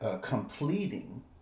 completing